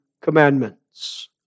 commandments